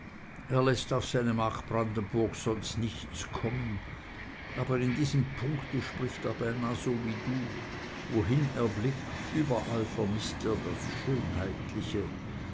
er läßt auf seine mark brandenburg sonst nichts kommen aber in diesem punkte spricht er beinah so wie du wohin er blickt überall vermißt er das